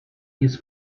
his